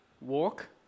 Walk